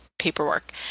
paperwork